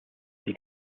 die